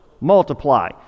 multiply